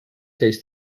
takes